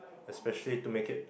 especially to make it